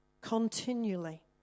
continually